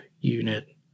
unit